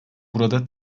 burada